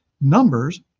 numbers